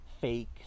fake